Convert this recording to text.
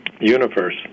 universe